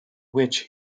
which